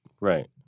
Right